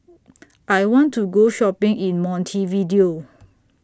I want to Go Shopping in Montevideo